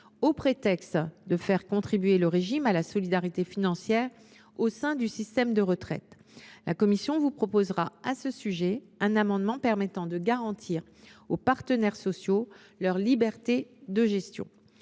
au prétexte de faire contribuer le régime à la solidarité financière au sein du système de retraite. La commission vous proposera à ce sujet un amendement permettant de garantir aux partenaires sociaux leur liberté de gestion.